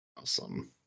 Awesome